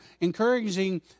encouraging